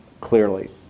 clearly